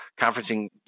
conferencing